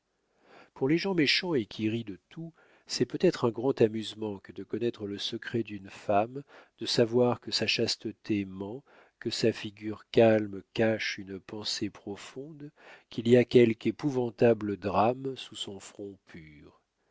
pour les gens méchants et qui rient de tout c'est peut-être un grand amusement que de connaître le secret d'une femme de savoir que sa chasteté ment que sa figure calme cache une pensée profonde qu'il y a quelque épouvantable drame sous son front pur